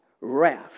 wrath